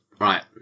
Right